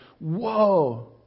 whoa